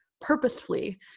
purposefully